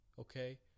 Okay